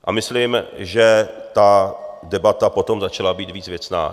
A myslím, že ta debata potom začala být víc věcná.